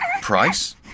Price